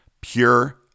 pure